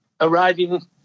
arriving